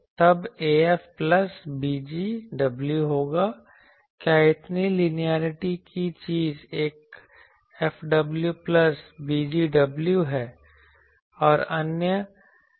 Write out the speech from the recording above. तब af plus bg w होगा क्या इतनी लिनियेरिटी की चीज एक f w plus b g w है